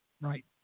Right